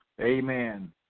Amen